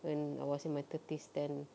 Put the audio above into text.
when I was in my thirties then